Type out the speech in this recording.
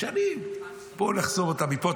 שנים: בואו נחסום אותם מפה,